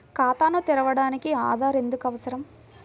ఖాతాను తెరవడానికి ఆధార్ ఎందుకు అవసరం?